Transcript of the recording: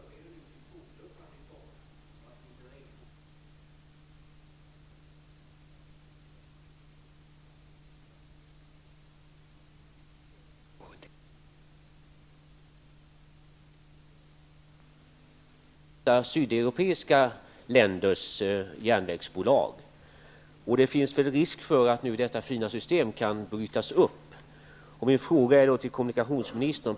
Fru talman! Jag vill ställa en fråga till kommunikationsministern. Många ungdomar förbereder nu sommarens tågluffande med Inter rail-kort, vilket är mycket populärt. Man har under senare tid kunnat läsa att kortet möter motstånd från vissa sydeuropeiska länders järnvägsbolag. Det finns därför risk för att detta fina system kan brytas upp.